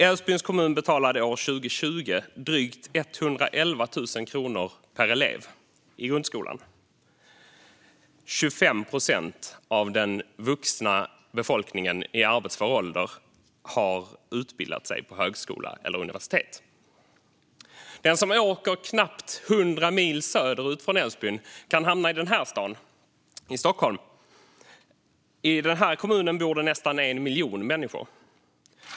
Älvsbyns kommun betalade år 2020 drygt 111 000 kronor per elev i grundskolan. 25 procent av den vuxna befolkningen i arbetsför ålder har utbildat sig på högskola eller universitet. Den som åker knappt 100 mil söderut från Älvsbyn kan hamna i den här staden, i Stockholm. I den här kommunen bor det nästan 1 miljon människor.